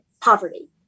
poverty